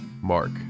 Mark